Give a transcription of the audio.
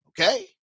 okay